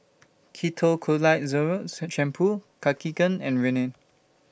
Ketoconazole Shampoo Cartigain and Rene